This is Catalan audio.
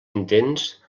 intents